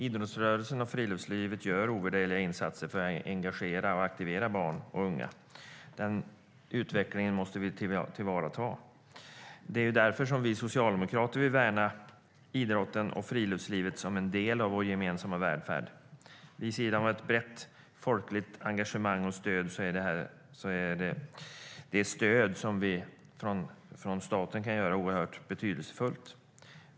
Idrottsrörelsen och friluftslivet gör ovärderliga insatser för att engagera och aktivera barn och unga. Den utvecklingen måste vi tillvarata. Därför vill vi socialdemokrater värna idrotten och friluftslivet som en del av vår gemensamma välfärd. Vid sidan av ett brett folkligt engagemang och stöd är det stöd som staten kan ge oerhört betydelsefullt.